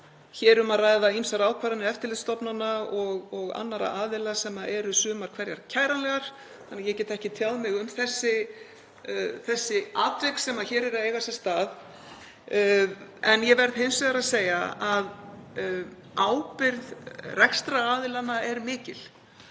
er um að ræða ýmsar ákvarðanir eftirlitsstofnana og annarra aðila sem eru sumar hverjar kæranlegar þannig að ég get ekki tjáð mig um þessi atvik sem hér eru að eiga sér stað. En ég verð hins vegar að segja að ábyrgð rekstraraðilanna er mikil.